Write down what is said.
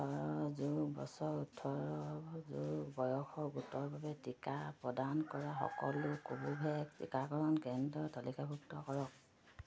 ওঠৰ যোগ বছৰ ওঠৰ বছৰ বয়সৰ গোটৰ বাবে টীকা প্ৰদান কৰা সকলো কোভোভেক্স টীকাকৰণ কেন্দ্ৰ তালিকাভুক্ত কৰক